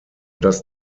dass